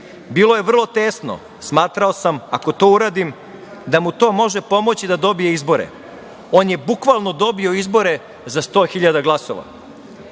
Bilo je vrlo tesno, smatrao sam, ako to uradim da mu to može pomoći da dobije izbore. On je bukvalno dobio izbore za sto hiljada glasova.